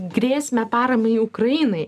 grėsmę paramai ukrainai